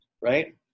right